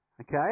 Okay